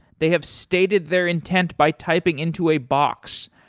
they have stated their intent by typing into a box.